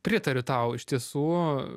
pritariu tau iš tiesų